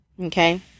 Okay